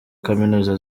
kaminuza